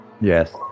Yes